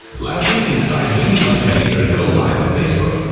lastly you can decide when you'd like your video to go live on facebook.